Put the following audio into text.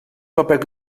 paper